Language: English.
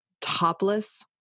topless